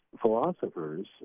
philosophers